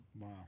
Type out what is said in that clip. Wow